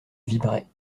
vibraient